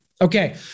Okay